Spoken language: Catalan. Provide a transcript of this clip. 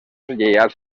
lleials